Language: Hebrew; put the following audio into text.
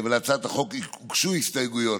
להצעת החוק הוגשו הסתייגויות,